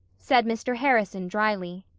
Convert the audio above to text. said mr. harrison drily.